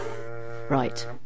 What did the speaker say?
Right